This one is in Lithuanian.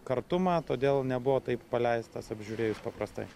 kartumą todėl nebuvo taip paleistas apžiūrėjus paprastai